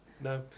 No